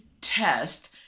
test